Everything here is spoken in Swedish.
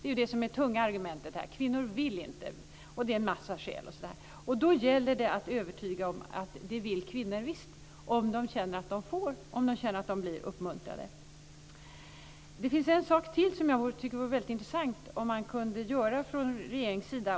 Det tunga argumentet är alltså att kvinnor inte vill. Sedan talas det om en mängd skäl. Men då gäller det att övertyga om att kvinnor visst vill, om de känner att de får och att de blir uppmuntrade. Sedan till en annan sak som jag tycker att det vore intressant om man kunde göra från regeringens sida.